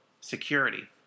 security